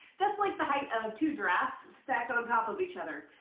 that's like the height of two giraffes, stacked on top of each other,